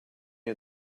you